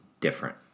different